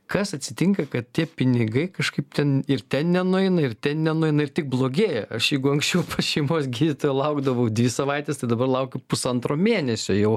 kas atsitinka kad tie pinigai kažkaip ten ir nenueina ir nenueina ir tik blogėja aš jeigu anksčiau pas šeimos gydytoją laukdavau dvi savaites tad dabar laukiu pusantro mėnesio jau